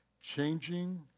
changing